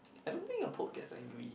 I don't think your pope gets angry